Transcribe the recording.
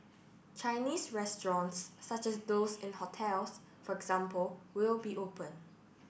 Chinese restaurants such as those in hotels for example will be open